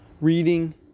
reading